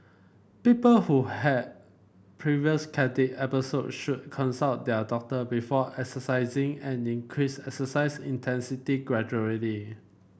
people who had previous cardiac episodes should consult their doctor before exercising and increase exercise intensity gradually